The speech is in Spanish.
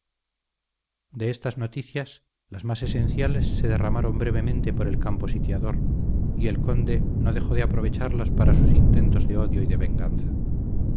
de estas noticias las más esenciales se derramaron brevemente por el campo sitiador y el conde no dejó de aprovecharlas para sus intentos de odio y de venganza